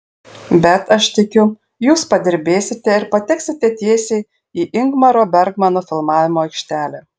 bet aš tikiu jūs padirbėsite ir pateksite tiesiai į ingmaro bergmano filmavimo aikštelę